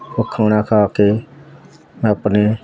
ਮੈਂ ਖਾਣਾ ਖਾ ਕੇ ਮੈਂ ਆਪਣੇ